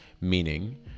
meaning